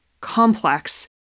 complex